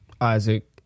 Isaac